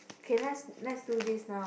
okay let's let's do this now